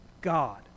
God